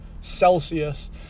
Celsius